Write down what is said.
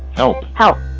help help.